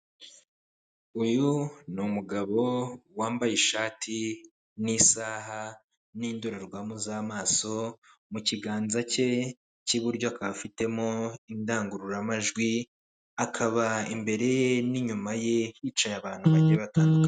Uyu ni umugabo wambaye ishati n'isaha n'indorerwamo z'amaso mu kiganza cye cy'iburyo akaba afitemo indangururamajwi, akaba imbere n'inyuma ye hicaye abantu bagiye batandukanye.